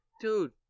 dude